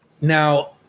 Now